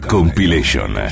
Compilation